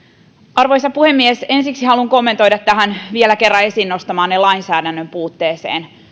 arvoisa puhemies ensiksi haluan kommentoida tätä vielä kerran esiin nostamaanne lainsäädännön puutetta